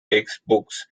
textbooks